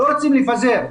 לא רוצים לפזר.